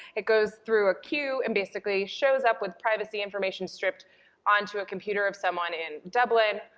it goes through a queue, and basically shows up with privacy information stripped onto a computer of someone in dublin,